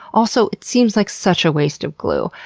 also, it seems like such a waste of glue.